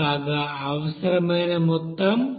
కాగా అవసరమైన మొత్తం 19